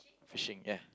fishing ya